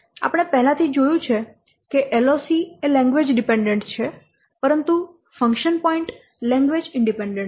આપણે પહેલાથી જોયું છે કે LOC એ લેંગ્વેજ ડીપેન્ડેન્ટ છે પરંતુ ફંકશન પોઇન્ટ લેંગ્વેજ ઈન્ડિપેન્ડેન્ટ છે